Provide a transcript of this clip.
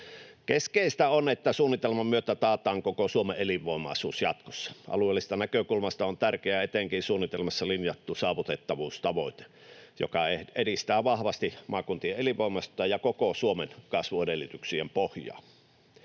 Keskeistä on, että suunnitelman myötä taataan koko Suomen elinvoimaisuus jatkossa. Alueellisesta näkökulmasta on tärkeää etenkin suunnitelmassa linjattu saavutettavuustavoite, joka edistää vahvasti maakuntien elinvoimaisuutta ja koko Suomen kasvuedellytyksien pohjaa.